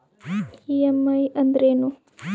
EMI ಅಂದ್ರೇನು?